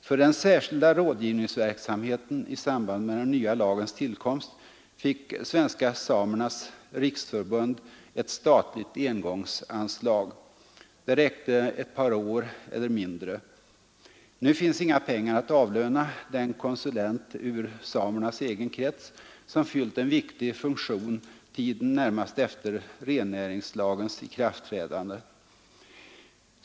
För den särskilda rådgivningsverksamheten i samband med den nya lagens tillkomst fick Svenska samernas riksförbund ett statligt engångsanslag. Det räckte ett par år eller mindre. Nu finns inga pengar att avlöna den konsulent ur samernas egen krets som fyllt en viktig funktion tiden närmast efter rennäringslagens ikraftträdande.